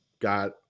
got